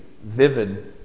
vivid